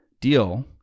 deal